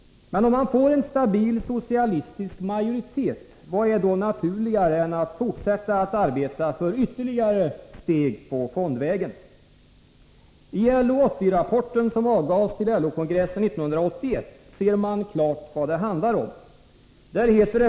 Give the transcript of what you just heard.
Men om man får en stabil socialistisk majoritet, vad är då naturligare än att fortsätta att arbeta för ytterligare steg på fondvägen. ILO 80-rapporten, som avgavs till LO-kongressen 1981, ser man klart vad det handlar om.